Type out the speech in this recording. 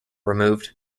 removed